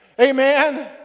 Amen